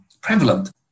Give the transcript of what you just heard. prevalent